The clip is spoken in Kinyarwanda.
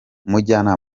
umujyana